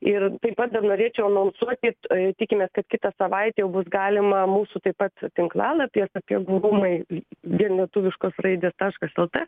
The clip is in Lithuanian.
ir taip pat dar norėčiau anonsuoti tikimės kad kitą savaitę jau bus galima mūsų taip pat tinklalapyje sapiegų rūmai vien lietuviškos raidės taškas lt